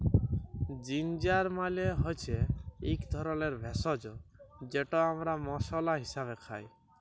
ginger মালে হচ্যে ইক ধরলের ভেষজ যেট আমরা মশলা হিসাবে খাই